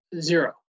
zero